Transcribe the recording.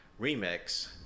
remix